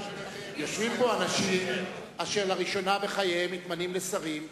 יושבים פה אנשים אשר לראשונה בחייהם מתמנים לשרים,